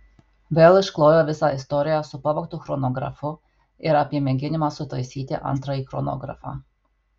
vėl išklojo visą istoriją su pavogtu chronografu ir apie mėginimą sutaisyti antrąjį chronografą